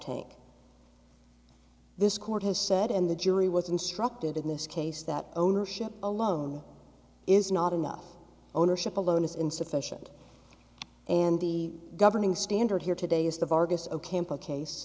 tank this court has said in the jury was instructed in this case that ownership alone is not enough ownership alone is insufficient and the governing standard here today is the vargas